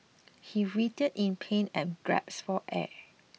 he writhed in pain and gasped for air